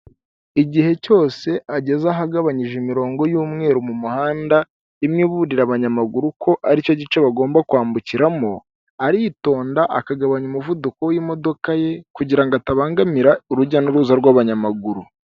Igihe cyose ageze ahagabanyije imirongo y'umweru mu muhanda, imwe iburira abanyamaguru ko aricyo gice bagomba kwambukiramo, aritonda akagabanya umuvuduko w'imodoka ye kugirango atabangamira urujya n'uruza rw'abanyamaguru.